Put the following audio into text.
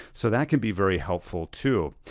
so that can be very helpful too.